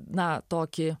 na tokį